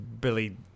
Billy